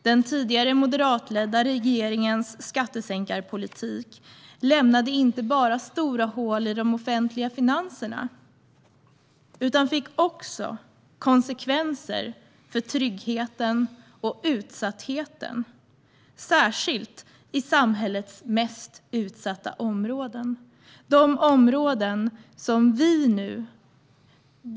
Den tidigare moderatledda regeringens skattesänkarpolitik lämnade inte bara stora hål i de offentliga finanserna utan fick också konsekvenser för tryggheten och för utsattheten, särskilt i samhällets mest utsatta områden.